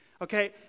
okay